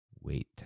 wait